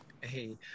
Hey